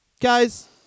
Guys